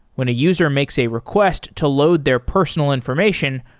when a user makes a request to load their personal information,